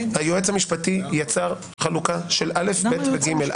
היועץ המשפטי יצר חלוקה של א', ב' ו-ג'.